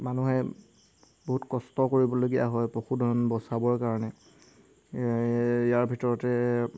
মানুহে বহুত কষ্ট কৰিবলগীয়া হয় পশুধন বচাবৰ কাৰণে ইয়াৰ ভিতৰতে